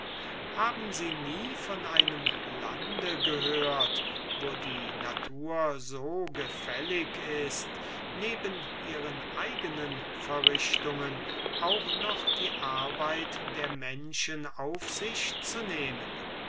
haben sie nie von einem lande gehört wo die natur so gut ist neben ihren eigenen verrichtungen auch noch die arbeit der menschen auf sich zu nehmen